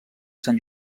sant